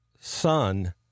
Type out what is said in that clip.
son